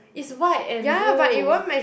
it's white and blue